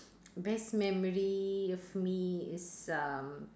best memory of me is um